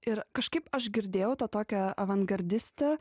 ir kažkaip aš girdėjau tą tokią avangardistę